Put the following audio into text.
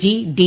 G D